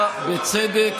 אתה בצדק,